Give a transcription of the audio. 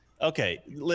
Okay